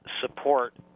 support